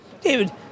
David